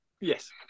yes